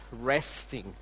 resting